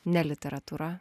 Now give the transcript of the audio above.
ne literatūra